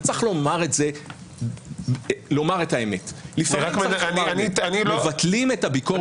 וצריך לומר את האמת מבטלים את הביקורת החוקתית.